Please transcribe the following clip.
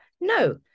No